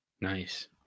Nice